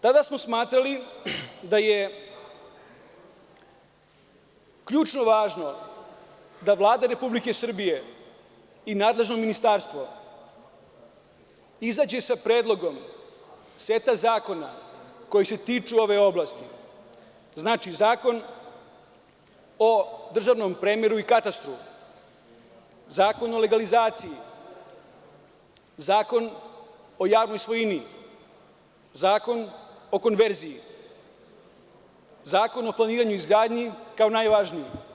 Tada smo smatrali da je ključno važno da Vlada Republike Srbije i nadležno ministarstvo izađe sa predlogom seta zakona koji se tiču ove oblasti, znači, Zakon o državnom premeru i katastru, Zakon o legalizaciji, Zakon o javnoj svojini, Zakon o konverziji, Zakon o planiranju i izgradnji kao najvažniji.